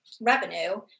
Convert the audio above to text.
revenue